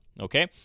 okay